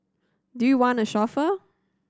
do you want a chauffeur